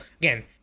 again